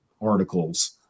articles